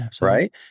right